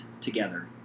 together